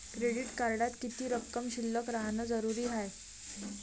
Credit कार्डात किती रक्कम शिल्लक राहानं जरुरी हाय?